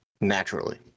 naturally